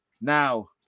Now